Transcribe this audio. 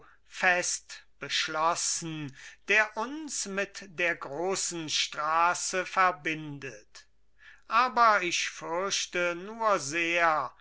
fest beschlossen der uns mit der großen straße verbindet aber ich fürchte nur sehr